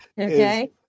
Okay